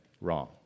wrong